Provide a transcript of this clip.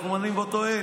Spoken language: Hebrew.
אנחנו מאמינים באותו אל